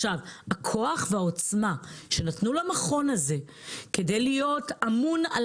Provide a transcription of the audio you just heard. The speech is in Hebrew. הכוח והעוצמה שנתנו למכון הזה כדי להיות אמון על